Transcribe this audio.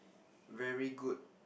very good